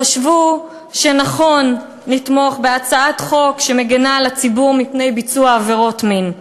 חשבו שנכון לתמוך בהצעת חוק שמגינה על הציבור מפני ביצוע עבירות מין.